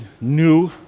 new